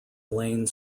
lane